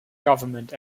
government